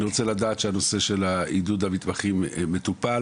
אני רוצה לדעת שהנושא של עידוד המתמחים מטופל